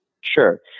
Sure